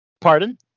pardon